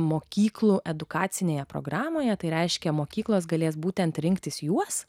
mokyklų edukacinėje programoje tai reiškia mokyklos galės būtent rinktis juos